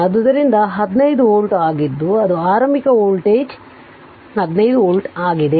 ಆದ್ದರಿಂದ ಅದು 15 ವೋಲ್ಟ್ ಆಗಿದ್ದು ಅದು ಆರಂಭಿಕ ವೋಲ್ಟೇಜ್ 15 ವೋಲ್ಟ್ ಆಗಿದೆ